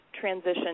transition